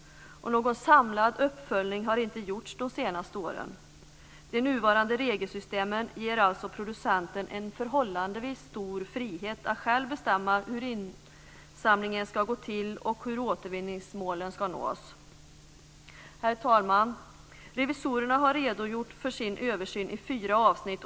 Någon samlad uppföljning har inte gjorts de senaste åren. Det nuvarande regelsystemet ger alltså producenten en förhållandevis stor frihet att själv bestämma hur insamlingen ska gå till och hur återvinningsmålen ska nås. Herr talman! Revisorerna har redogjort för sin översyn i fyra avsnitt.